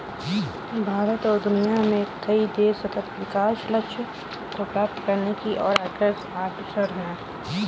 भारत और दुनिया में कई देश सतत् विकास लक्ष्य को प्राप्त करने की ओर अग्रसर है